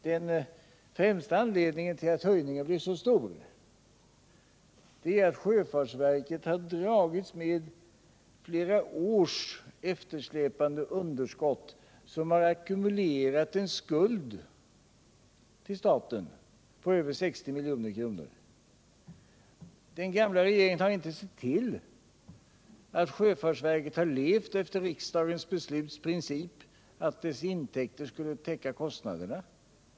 Men den främsta anledningen till att höjningen blev så stor är att sjöfartsverket har dragits med flera års eftersläpande underskott, vilket har ackumulerat en skuld till staten på över 60 milj.kr. Den gamla regeringen har inte sett till att sjöfartsverket har levt efter riksdagens princip att verkets intäkter skulle täcka kostnaderna.